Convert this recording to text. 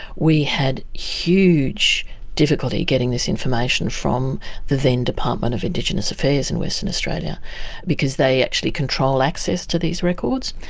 we had huge difficulty getting this information from the then department of indigenous affairs in western australia because they actually control access to these records.